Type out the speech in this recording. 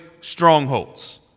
strongholds